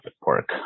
work